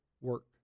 work